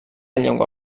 llengua